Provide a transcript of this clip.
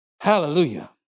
Hallelujah